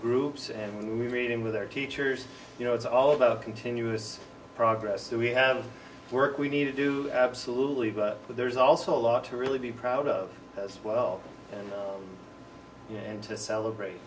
groups and we read in with our teachers you know it's all about continuous progress that we have work we need to do absolutely but there's also a lot to really be proud of as well and to celebrate